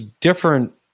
different